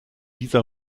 dieser